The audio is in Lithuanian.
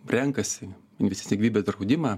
renkasi investicinį gyvybės draudimą